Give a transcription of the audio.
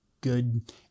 good